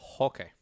Okay